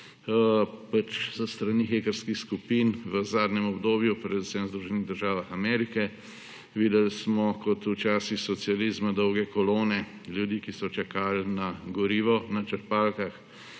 s strani hekerskih skupin v zadnjem obdobju, predvsem v Združenih državah Amerike. Videli smo kot v časih socializma dolge kolone ljudi, ki so čakali na gorivo na črpalkah.